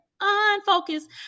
unfocused